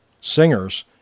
singers